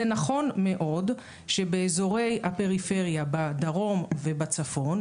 זה נכון מאוד שבאזורי הפריפריה בדרום ובצפון,